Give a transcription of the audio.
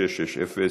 לשאילתה 660,